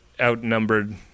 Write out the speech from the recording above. outnumbered